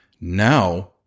now